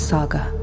Saga